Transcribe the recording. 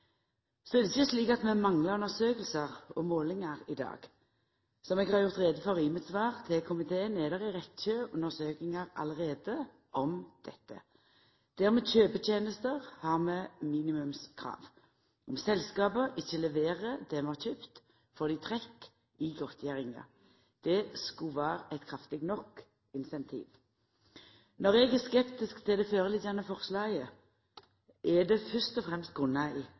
Så er det ikkje slik at vi manglar undersøkingar og målingar i dag. Som eg har gjort greie for i mitt svar til komiteen, er det allereie ei rekkje undersøkingar om dette. Der vi kjøper tenester, har vi minimumskrav. Om selskapa ikkje leverer det vi har kjøpt, får dei trekk i godtgjeringa. Det skulle vera eit kraftig nok incentiv. Når eg er skeptisk til det forslaget som ligg føre, er det fyrst og fremst